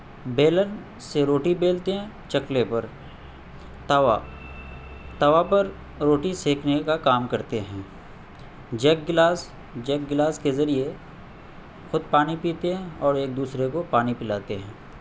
بیلن سے روٹی بیلتے ہیں چکلے پر توا توا پر روٹی سیکنے کا کام کرتے ہیں جگ گلاس جگ گلاس کے ذریعہ خود پانی پیتے ہیں اور ایک دوسرے کو پانی پلاتے ہیں